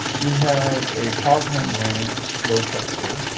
we have a cobham ran load test tool,